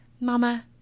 Mama